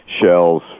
shells